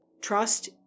Trust